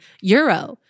Euro